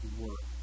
work